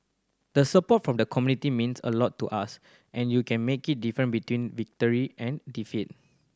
the support from the community means a lot to us and you can make it different between victory and defeat